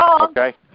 Okay